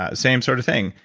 ah same sort of thing.